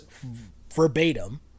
verbatim